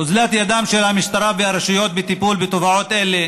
אוזלת ידן של המשטרה והרשויות בטיפול בתופעות אלה